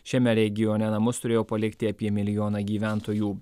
šiame regione namus turėjo palikti apie milijoną gyventojų